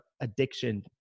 addiction